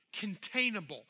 containable